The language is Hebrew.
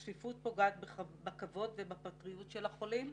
הצפיפות פוגעת בכבוד ובפרטיות של החולים,